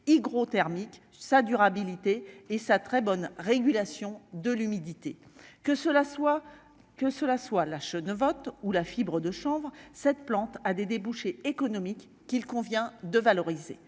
gros thermique sa durabilité et sa très bonne régulation de l'humidité, que cela soit, que cela soit là, je ne vote ou la fibre de chanvre cette plante a des débouchés économiques qu'il convient de valoriser